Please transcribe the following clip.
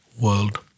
world